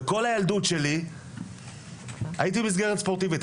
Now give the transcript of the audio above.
וכל הילדות שלי הייתי במסגרת ספורטיבית,